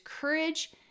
courage